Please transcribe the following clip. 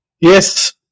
Yes